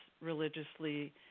religiously